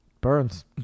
burns